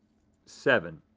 seven.